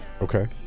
Okay